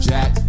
Jack